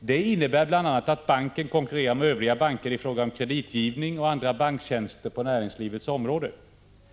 Det innebär bl.a. att banken konkurrerar med övriga banker i fråga om kreditgivning och andra banktjänster på näringslivets område.